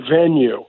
venue